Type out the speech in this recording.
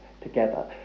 together